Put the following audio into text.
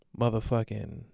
motherfucking